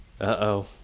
Uh-oh